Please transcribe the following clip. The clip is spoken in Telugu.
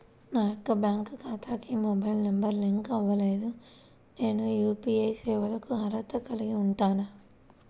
నా యొక్క బ్యాంక్ ఖాతాకి మొబైల్ నంబర్ లింక్ అవ్వలేదు నేను యూ.పీ.ఐ సేవలకు అర్హత కలిగి ఉంటానా?